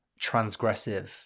transgressive